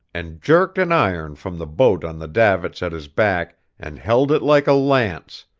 and jerked an iron from the boat on the davits at his back and held it like a lance,